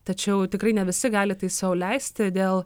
tačiau tikrai ne visi gali tai sau leisti dėl